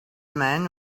man